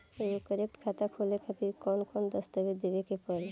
एगो करेंट खाता खोले खातिर कौन कौन दस्तावेज़ देवे के पड़ी?